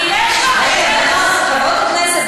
חברות הכנסת,